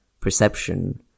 perception